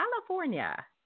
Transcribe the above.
California